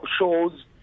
shows